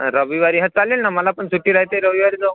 रविवारी हं चालेल ना मला पण सुटी राहते रविवारी जाऊ